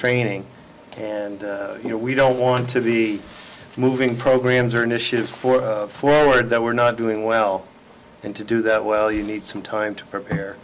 training and you know we don't want to be moving programs or initiatives for forward that we're not doing well and to do that well you need some time to prepare